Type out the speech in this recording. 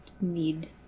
need